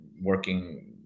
working